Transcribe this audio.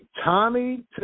Tommy